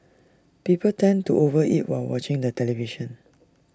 people tend to over eat while watching the television